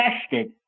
tested